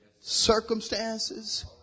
circumstances